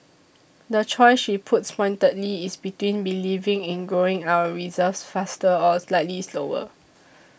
the choice she puts pointedly is between believing in growing our reserves faster or slightly slower